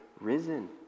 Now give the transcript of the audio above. risen